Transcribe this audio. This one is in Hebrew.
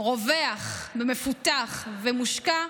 רווח ומפותח ומושקע,